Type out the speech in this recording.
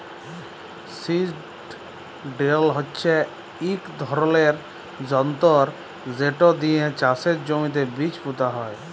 seed drill হচ্যে ইক ধরলের যনতর যেট দিয়ে চাষের জমিতে বীজ পুঁতা হয়